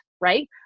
right